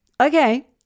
okay